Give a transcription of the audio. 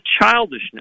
childishness